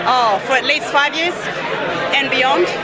um for at least five years and beyond,